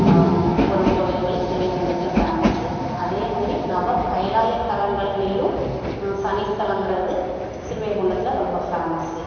ஒரு கோயில்கள் ஸ்ரீவைகுண்டத்தில் ஃபேமஸ்ஸு அதே மாதிரி நவ கையிலாயத்தலங்கள்லையும் சனி ஸ்தலம்கிறது ஸ்ரீவைகுண்டத்தில் ரொம்ப ஃபேமஸ்ஸு